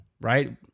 Right